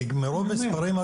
כי מרוב מספרים,